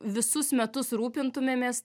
visus metus rūpintumėmės